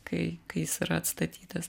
kai kai jis yra atstatytas